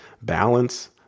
balance